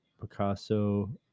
Picasso